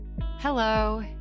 Hello